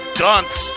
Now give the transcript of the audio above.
dunce